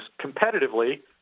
competitively